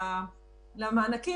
האמנם?